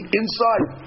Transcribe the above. inside